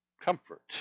comfort